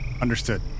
Understood